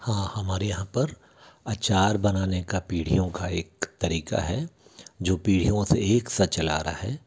हाँ हमारे यहाँ पर अचार बनाने का पीढ़ियों का एक तरीक़ा है जो पीढ़ियों से एक सा चला आ रा है